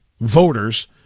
voters